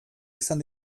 izan